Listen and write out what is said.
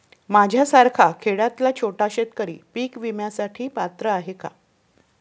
माझ्यासारखा खेड्यातील छोटा शेतकरी पीक विम्यासाठी पात्र आहे का?